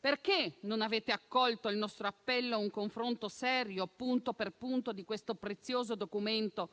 Perché non avete accolto il nostro appello a un confronto serio, punto per punto, di questo prezioso documento